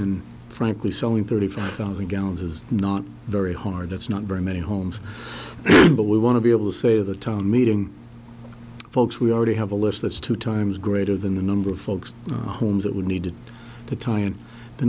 and frankly selling thirty five thousand gallons is not very hard that's not very many homes but we want to be able to save the town meeting folks who we already have a list that's two times greater than the number of folks homes that we need t